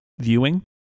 viewing